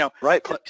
Right